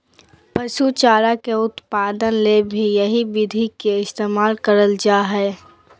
पशु चारा के उत्पादन ले भी यही विधि के इस्तेमाल करल जा हई